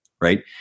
right